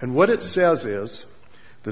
and what it says is the